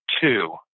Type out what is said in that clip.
two